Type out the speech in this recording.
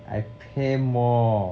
I pay more